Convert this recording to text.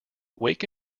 wake